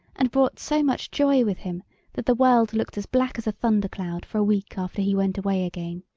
and brought so much joy with him that the world looked as black as a thunder-cloud for a week after he went away again.